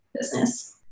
business